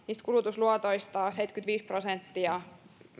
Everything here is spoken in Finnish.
kulutusluotoista seitsemänkymmentäviisi prosenttia